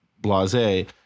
blase